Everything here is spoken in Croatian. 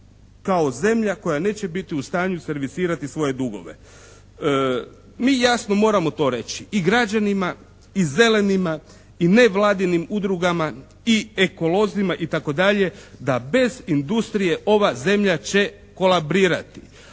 kao zemlja koja neće biti u stanju servisirati svoje dugove. Mi jasno moramo to reći i građanima i zelenima i nevladinim udrugama i ekolozima itd. da bez industrije ova zemlja će kolabirati,